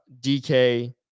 dk